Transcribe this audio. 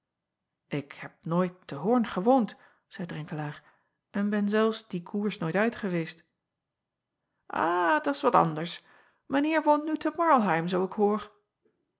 k heb nooit te oorn gewoond zeî renkelaer en ben zelfs dien koers nooit uit geweest ha dat s wat anders ijn eer woont nu te arlheim zoo ik hoor